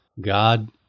God